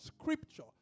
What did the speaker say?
scripture